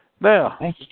Now